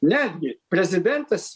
netgi prezidentas